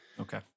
Okay